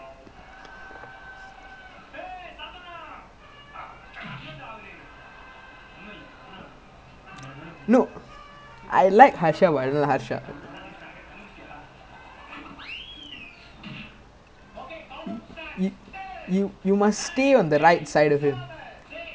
I mean this hasha damn stupid lah he legit only can play cricket I always say he legit only can play cricket and like I don't know lah I feel like sometime he is a decent friendly guy but sometimes he I don't know lah I just don't like the way he carries himself like the the way he try to fake the accent and all that shit